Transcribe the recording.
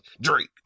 Drake